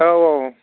औ औ